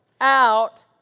out